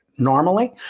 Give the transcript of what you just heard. normally